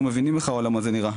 אנחנו מבינים איך העולם הזה נראה,